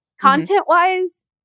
content-wise